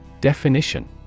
Definition